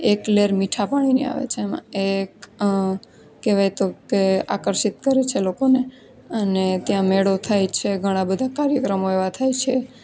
એક લહેર મીઠા પાણીની આવે છે એમાં એક કહેવાય તો કે આકર્ષિત કરે છે લોકોને અને ત્યાં મેળો થાય છે ઘણા બધા કાર્યક્રમો એવા થાય છે